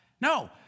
No